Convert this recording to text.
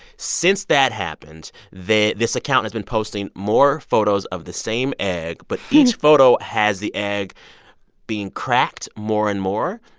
since that happens, this account has been posting more photos of the same egg. but each photo has the egg being cracked more and more,